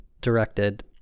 directed